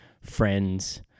friends